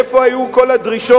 איפה היו כל הדרישות,